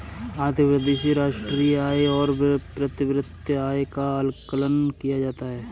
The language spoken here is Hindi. आर्थिक वृद्धि से राष्ट्रीय आय और प्रति व्यक्ति आय का आकलन किया जाता है